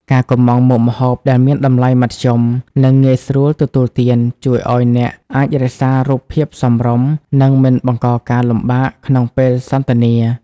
ការកម្ម៉ង់មុខម្ហូបដែលមានតម្លៃមធ្យម និងងាយស្រួលទទួលទាន ជួយឱ្យអ្នកអាចរក្សារូបភាពសមរម្យ និងមិនបង្កការលំបាកក្នុងពេលសន្ទនា។